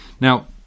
now